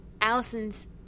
Allison's